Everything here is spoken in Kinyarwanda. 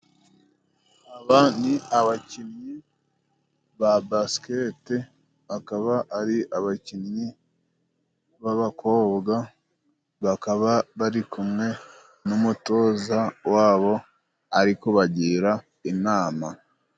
Aba ni abakinnyi ba Basikete, akaba ari abakinnyi b'abakobwa, bakaba bari kumwe n'umutoza wabo ari kubagira inama.